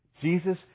Jesus